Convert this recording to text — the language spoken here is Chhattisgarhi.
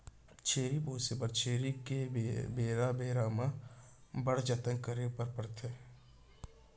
छेरी पोसे बर छेरी के बेरा बेरा म बड़ जतन करे बर परथे